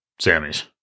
Sammys